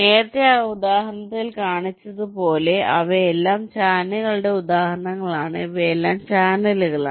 നേരത്തെ ആ ഉദാഹരണത്തിൽ കാണിച്ചതുപോലെ ഇവയെല്ലാം ചാനലുകളുടെ ഉദാഹരണങ്ങളാണ് ഇവയെല്ലാം ചാനലുകളാണ്